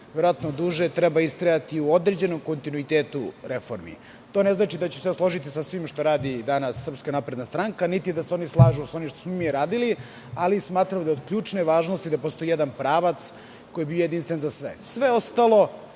verovatno i duže. Treba istrajati u određenom kontinuitetu reformi. To ne znači da ću se složiti sa svim što radi danas Srpska napredna stranka, niti da se oni slažu sa onim što smo mi radili, ali smatram da je od ključne važnosti, da postoji jedan pravac koji je bio jedinstven za sve. Sve ostalo,